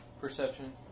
Perception